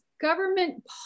government